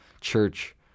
church